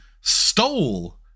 stole